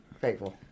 faithful